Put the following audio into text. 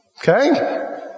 okay